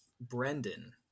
Brendan